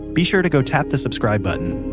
be sure to go tap the subscribe button!